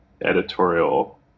editorial